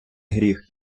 гріх